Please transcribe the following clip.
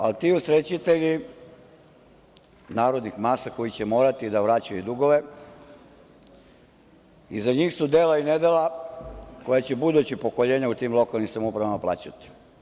A ti usrećitelji narodnih masa, koji će morati da vraćaju dugove, iza njih su dela i nedela koja će buduća pokoljenja u tim lokalnim samoupravama plaćati.